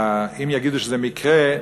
אם יגידו שזה מקרה,